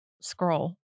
scroll